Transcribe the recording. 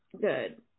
good